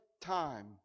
time